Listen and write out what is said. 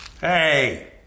Hey